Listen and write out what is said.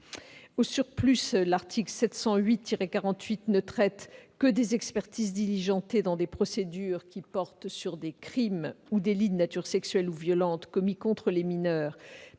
Au surplus, l'article 708-48 ne traite que des expertises diligentées dans des procédures qui portent sur des crimes ou délits de nature sexuelle ou violente commis contre les mineurs